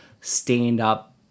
stand-up